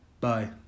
bye